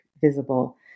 visible